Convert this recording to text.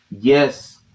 Yes